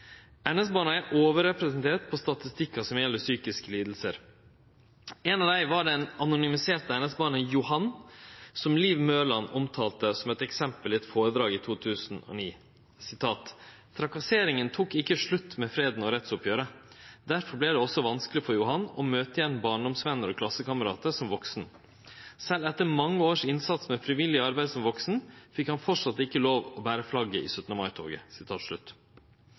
er overrepresenterte på statistikkar som gjeld psykiske lidingar. Ein av dei var det anonymiserte NS-barnet «Johan», som Liv Mørland omtalte som eit eksempel i eit foredrag i 2009: «Trakasseringen tok ikke slutt med freden og rettsoppgjøret, derfor ble det også vanskelig for Johan å møte igjen barndomsvenner og klassekamerater som voksen. Selv etter mange års innsats med frivillig arbeid som voksen, fikk han fortsatt ikke lov å bære flagget i